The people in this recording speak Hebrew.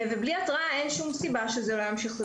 בלי התראה אין שום סיבה שזה לא ימשיך.